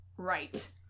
Right